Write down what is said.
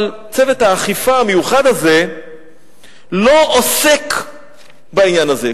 אבל צוות האכיפה המיוחד הזה לא עוסק בעניין הזה.